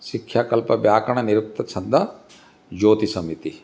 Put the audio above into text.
शिक्षाकल्पव्याकरणनिरुक्तछन्दज्योतिषमिति